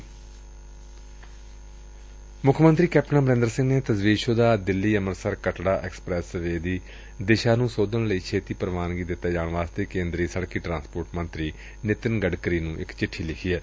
ਪੰਜਾਬ ਦੇ ਮੁੱਖ ਮੰਤਰੀ ਕੈਪਟਨ ਅਮਰਿੰਦਰ ਸਿੰਘ ਨੇ ਤਜਵੀਜ਼ਸੂਦਾ ਦਿੱਲੀ ਅੰਮਿ੍ਤਸਰ ਕਟੜਾ ਐਕਸਪ੍ਰੈਸਵੇ ਦੀ ਦਿਸ਼ਾ ਨੂੰ ਸੋਧਣ ਲਈ ਛੇਤੀ ਪ੍ਰਵਾਨਗੀ ਦਿਂਤੇ ਜਾਣ ਵਾਸਤੇ ਕੇਂਦਰੀ ਸੜਕੀ ਟਰਾਂਸਪੋਰਟ ਮੰਤਰੀ ਨਿਤਿਨ ਗਡਕਰੀ ਨੂੰ ਪੱਤਰ ਲਿਖਿਐ